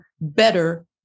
better